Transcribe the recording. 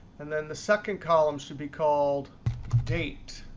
and then the second column should be called date.